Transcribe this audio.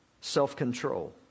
self-control